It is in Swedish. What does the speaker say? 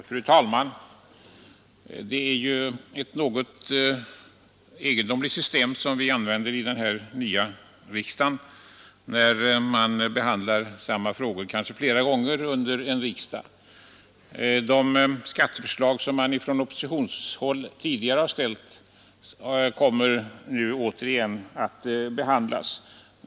Fru talman! Det är ju ett något egendomligt system som vi använder i den här nya riksdagen, när vi behandlar samma frågor flera gånger under en riksdag. Skatteförslag som tidigare framlagts från oppositionens håll kommer nu återigen upp till behandling.